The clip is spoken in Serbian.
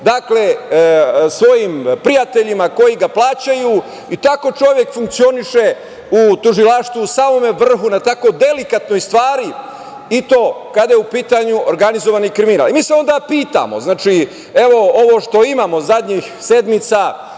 Dakle, svojim prijateljima koji ga plaćaju, i tako čovek funkcioniše u tužilaštvu, na samom vrhu, u tako delikatnoj stvari, i to kada je u pitanju organizovan kriminal. Mi se onda pitamo, znači, ovo što imamo zadnjih sedmica,